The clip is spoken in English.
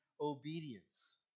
obedience